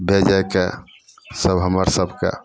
भेजैके सब हमरसभके